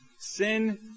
Sin